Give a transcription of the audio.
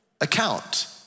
account